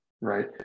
right